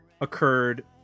occurred